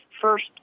first